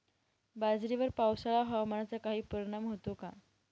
बाजरीवर पावसाळा हवामानाचा काही परिणाम होतो का?